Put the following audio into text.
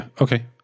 Okay